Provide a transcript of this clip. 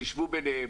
שישבו ביניהם.